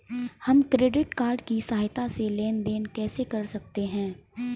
हम credit card की सहायता से लेन देन कैसे कर सकते हैं?